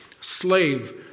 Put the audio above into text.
slave